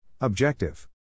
Objective